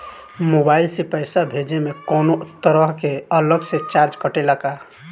Mobile से पैसा भेजे मे कौनों तरह के अलग से चार्ज कटेला का?